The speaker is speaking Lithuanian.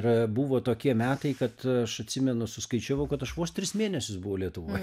ir buvo tokie metai kad aš atsimenu suskaičiavau kad aš vos tris mėnesius buvau lietuvoj